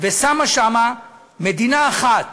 ושמה שמה מדינה אחת,